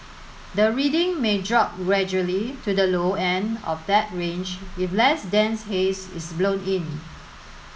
the reading may drop gradually to the low end of that range if less dense haze is blown in